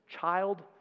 child